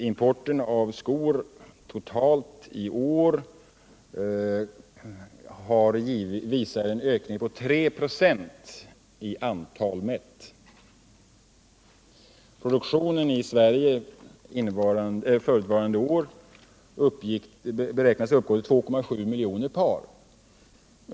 Importen av skor totalt visar i år en ökning på 3 26, mätt i antal. Produktionen i Sverige förra året beräknas uppgå till 2,7 miljoner par.